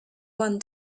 one